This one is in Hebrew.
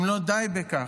אם לא די בכך,